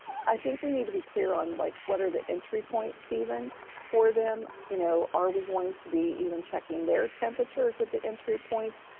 i think we need to be clear on like, what are the entry points, even for them, you know, are we going to be checking their temperatures at the entry points,